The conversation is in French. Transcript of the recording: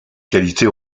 qualité